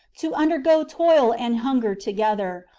to undergo toil and hunger together,